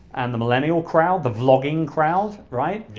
and the millennial crowd, the vlogging crowd, right?